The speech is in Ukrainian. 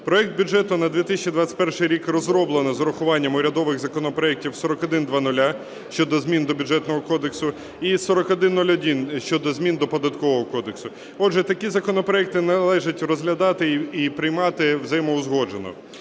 Проект бюджету на 2021 рік розроблено з урахуванням урядових законопроектів 4100 – щодо змін до Бюджетного кодексу і 4101 – щодо змін до Податкового кодексу. Отже, такі законопроекти належить розглядати і приймати взаємоузгоджено.